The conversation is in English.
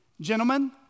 Gentlemen